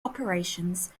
operations